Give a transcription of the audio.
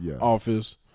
office